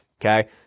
okay